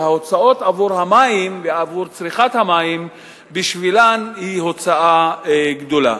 שההוצאות עבור המים ועבור צריכת המים בשבילן הן הוצאה גדולה.